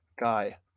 guy